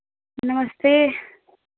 नमस्ते